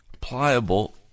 Pliable